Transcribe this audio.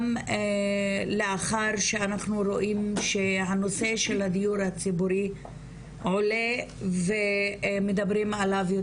גם לאחר שאנחנו רואים שהנושא של הדיור הציבורי עולה ומדברים עליו,